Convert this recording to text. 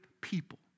people